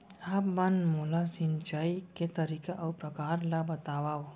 आप मन मोला सिंचाई के तरीका अऊ प्रकार ल बतावव?